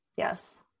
Yes